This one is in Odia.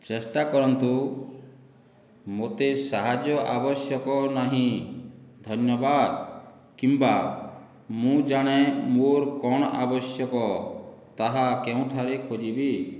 ଚେଷ୍ଟା କରନ୍ତୁ ମୋତେ ସାହାଯ୍ୟ ଆବଶ୍ୟକ ନାହିଁ ଧନ୍ୟବାଦ କିମ୍ବା ମୁଁ ଜାଣେ ମୋର କ'ଣ ଆବଶ୍ୟକ ତାହା କେଉଁଠାରେ ଖୋଜିବି